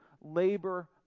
labor